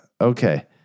Okay